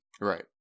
Right